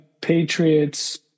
Patriots